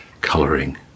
colouring